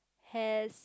has